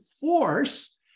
force